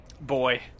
boy